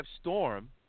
Storm